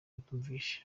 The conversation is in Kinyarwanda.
batumvise